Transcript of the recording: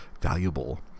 valuable